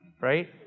Right